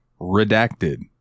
redacted